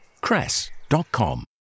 cress.com